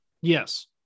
Yes